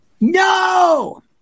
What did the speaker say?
No